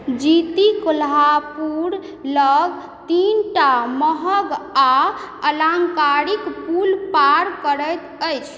जीती कोल्हापुर लग तीन टा महग आओर अलङ्कारिक पुल पार करैत अछि